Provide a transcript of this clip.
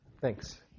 thanks